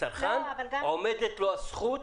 הצרכן, עומדת לו הזכות